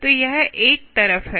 तो यह एक तरफ है